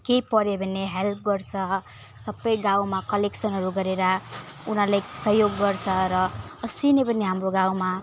केही पर्यो भने हेल्प गर्छ सबै गाउँमा कलेक्सनहरू गरेर उनीहरूले सहयोग गर्छ र अस्ति नै पनि हाम्रो गाउँमा